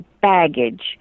Baggage